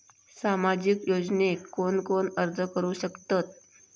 सामाजिक योजनेक कोण कोण अर्ज करू शकतत?